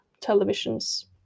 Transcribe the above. televisions